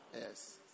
Yes